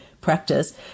practice